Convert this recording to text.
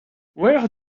where